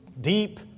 deep